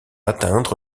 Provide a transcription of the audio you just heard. atteindre